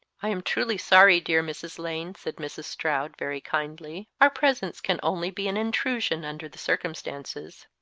i am truly sorry, dear mrs. lane, said mrs. stroud, very kindly our presence can only be an intrusion under the circumstances.